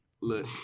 look